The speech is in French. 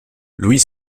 louis